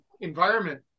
environment